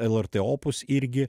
lrt opus irgi